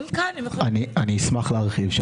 שלום, אני אשמח להרחיב.